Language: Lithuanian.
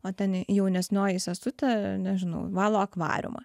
o ten jaunesnioji sesutė nežinau valo akvariumą